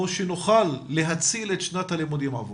שנוכל להציל את שנת הלימודים עבורם,